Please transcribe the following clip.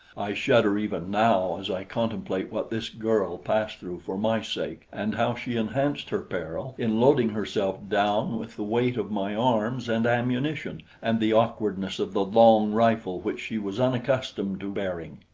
i shudder even now as i contemplate what this girl passed through for my sake and how she enhanced her peril in loading herself down with the weight of my arms and ammunition and the awkwardness of the long rifle which she was unaccustomed to bearing.